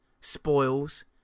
spoils